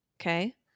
Okay